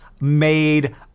made